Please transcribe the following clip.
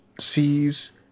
sees